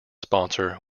sponsor